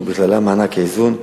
ובכללם מענק האיזון,